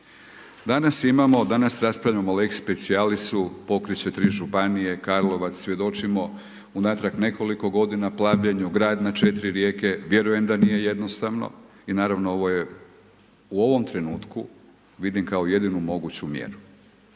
imamo, raspravljamo o lex specialisu, pokrit će tri županije, Karlovac svjedočimo unatrag nekoliko godina, plavljenju grad na 4 rijeke, vjerujem da nije jednostavno i naravno, ovo je u ovom trenutku, vidim kao jedinu moguću mjeru.